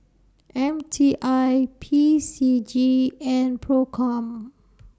M T I P C G and PROCOM